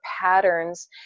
patterns